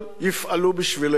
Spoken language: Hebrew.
יפעלו בשבילנו,